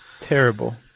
Terrible